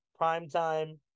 Primetime